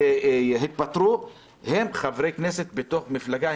שהתפטרו הם חברי כנסת בתוך מפלגה,